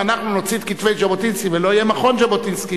אם אנחנו נוציא את כתבי ז'בוטינסקי ולא יהיה מכון ז'בוטינסקי,